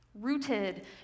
rooted